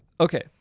okay